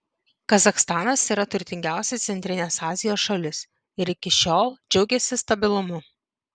kazachstanas yra turtingiausia centrinės azijos šalis ir iki šiol džiaugėsi stabilumu